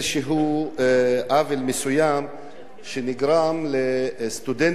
מסוים שנגרם לסטודנטים שלומדים בחוץ-לארץ.